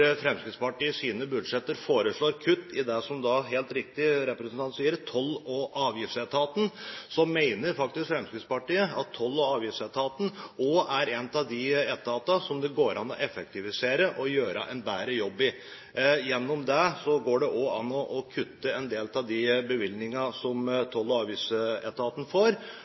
Fremskrittspartiet i sine budsjetter foreslår kutt, som representanten helt riktig sier, i Toll- og avgiftsetaten, mener faktisk Fremskrittspartiet at Toll- og avgiftsetaten også er en av de etatene som det går an å effektivisere til å gjøre en bedre jobb. Gjennom det går det også an å kutte en del i de bevilgningene som Toll- og avgiftsetaten får.